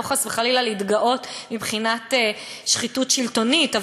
לא חס וחלילה להתגאות מבחינת שחיתות שלטונית,